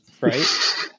Right